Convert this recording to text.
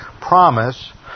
promise